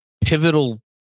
pivotal